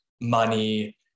money